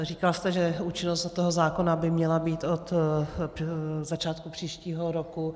Říkal jste, že účinnost toho zákona by měla být od začátku příštího roku.